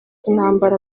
intambara